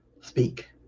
speak